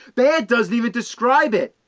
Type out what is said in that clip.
bad doesnit even describe it!